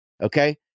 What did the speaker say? Okay